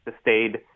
stayed